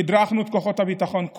תדרכנו את כוחות הביטחון,